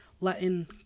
latin